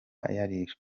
yarishwe